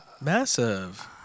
Massive